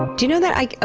do you know that i, ah